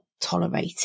tolerate